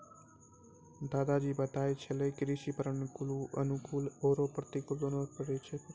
दादा जी बताय छेलै कृषि पर अनुकूल आरो प्रतिकूल दोनों प्रभाव पड़ै छै प्रकृति सॅ